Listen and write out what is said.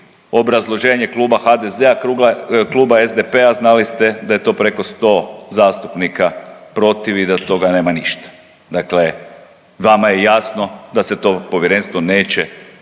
obrazloženje kluba HDZ-a, kluba SDP-a znali ste da je to preko sto zastupnika protiv i da od toga nema ništa. Dakle, vama je jasno da se to povjerenstvo neće